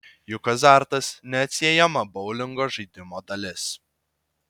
juk azartas neatsiejama boulingo žaidimo dalis